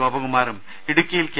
ഗോപകുമാറും ഇടുക്കിയിൽ കെ